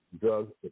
drugs